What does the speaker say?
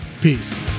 Peace